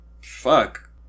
fuck